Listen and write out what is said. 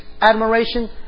admiration